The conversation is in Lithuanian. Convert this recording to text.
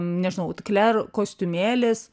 nežinau kler kostiumėlis